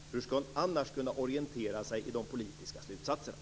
Hur skall hon annars kunna orientera sig i de politiska slutsatserna?